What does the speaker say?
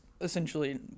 essentially